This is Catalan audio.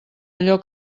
allò